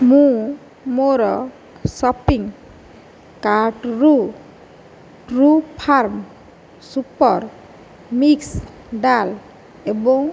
ମୁଁ ମୋର ସପିଂ କାର୍ଟରୁ true farm super mix dal ଏବଂ